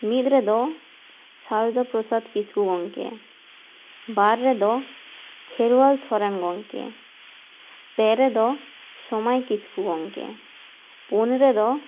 ᱢᱤᱫ ᱨᱮᱫᱚ ᱥᱟᱨᱚᱫᱟ ᱯᱚᱨᱥᱟᱫ ᱠᱤᱥᱠᱩ ᱜᱚᱢᱠᱮ ᱵᱟᱨ ᱨᱮᱫᱚ ᱠᱦᱮᱨᱣᱟᱞ ᱥᱚᱨᱮᱱ ᱜᱚᱢᱠᱮ ᱯᱮ ᱨᱮᱫᱚ ᱥᱚᱢᱟᱭ ᱠᱤᱥᱠᱩ ᱜᱚᱢᱠᱮ ᱯᱩᱱ ᱨᱮᱫᱚ